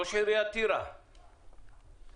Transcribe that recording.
ראש עיריית טירה, בבקשה.